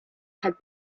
had